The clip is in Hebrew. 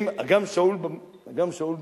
הגם שאול בנביאים.